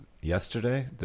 yesterday